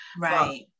Right